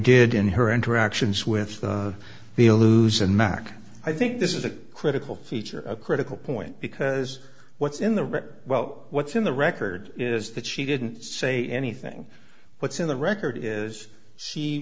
did in her interactions with the illusion mac i think this is a critical feature a critical point because what's in the record well what's in the record is that she didn't say anything what's in the record is she